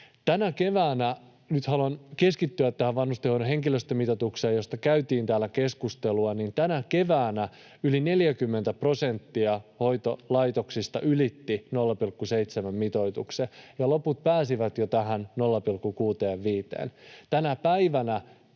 kimppuun. Nyt haluan keskittyä tähän vanhustenhoidon henkilöstömitoitukseen, josta käytiin täällä keskustelua. Tänä keväänä yli 40 prosenttia hoitolaitoksista ylitti 0,7:n mitoituksen ja loput pääsivät jo tähän 0,65:een. Tänä päivänä